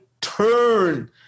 turn